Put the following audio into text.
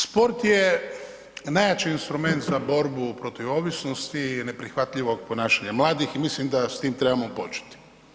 Sport je najjači instrument za borbu protiv ovisnosti i neprihvatljivog ponašanja mladih i mislim da s tim trebamo početi.